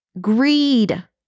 greed